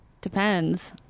Depends